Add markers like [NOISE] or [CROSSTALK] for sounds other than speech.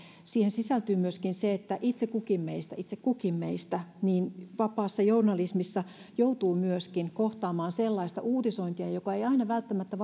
siihen sisältyy myöskin se että itse kukin meistä itse kukin meistä vapaassa journalismissa joutuu myöskin kohtaamaan sellaista uutisointia joka ei aina välttämättä [UNINTELLIGIBLE]